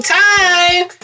time